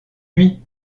lui